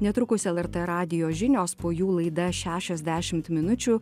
netrukus lrt radijo žinios po jų laida šešiasdešimt minučių